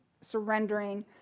surrendering